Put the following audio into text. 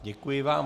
Děkuji vám.